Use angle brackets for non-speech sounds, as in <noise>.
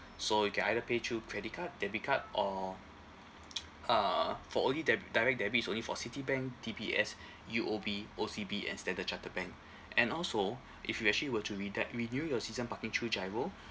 so you can either pay through credit card debit card or uh for only deb~ direct debit is only for citibank D_B_S <breath> U_O_B O_C_B and standard chartered bank and also if you actually were to reda~ renew your season parking through GIRO